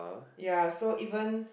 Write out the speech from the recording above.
ya so even